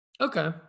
Okay